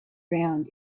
round